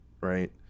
right